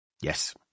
Yes